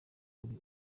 kuri